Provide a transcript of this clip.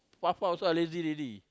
what far I also lazy already